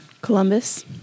Columbus